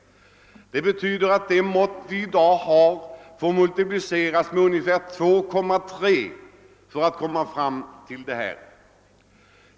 Det betyder att vi måste multiplicera dagens kapacitet med ungefär 2,3 för att vi skall komma fram till behovet år 1980.